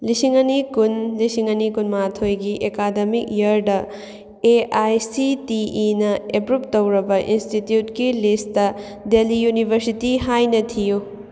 ꯂꯤꯁꯤꯡ ꯑꯅꯤ ꯀꯨꯟ ꯂꯤꯁꯤꯡ ꯑꯅꯤ ꯀꯨꯟꯃꯥꯊꯣꯏꯒꯤ ꯑꯦꯀꯥꯗꯃꯤꯛ ꯏꯌꯔꯗ ꯑꯦ ꯑꯥꯏ ꯁꯤ ꯇꯤ ꯏꯅ ꯑꯦꯄ꯭ꯔꯨꯕ ꯇꯧꯔꯕ ꯏꯟꯁꯇꯤꯇꯤꯌꯨꯗꯀꯤ ꯂꯤꯁꯇ ꯗꯦꯜꯂꯤ ꯌꯨꯅꯤꯕꯔꯁꯤꯇꯤ ꯍꯥꯏꯅ ꯊꯤꯌꯨ